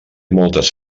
moltes